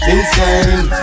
Insane